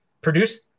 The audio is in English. produced